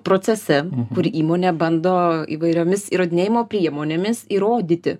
procese kur įmonė bando įvairiomis įrodinėjimo priemonėmis įrodyti